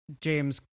James